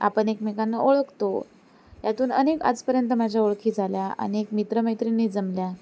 आपण एकमेकांना ओळखतो यातून अनेक आजपर्यंत माझ्या ओळखी झाल्या अनेक मित्रमैत्रिणी जमल्या